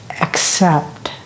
accept